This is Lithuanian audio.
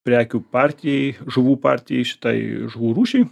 prekių partijai žuvų partijai štai žuvų rūšiai